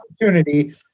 opportunity